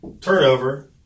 turnover